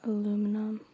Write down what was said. Aluminum